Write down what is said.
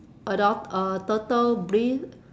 adult uh turtle breathe